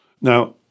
Now